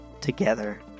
together